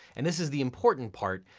and this is the important part,